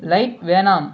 light வேணாம்